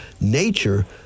nature